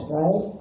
right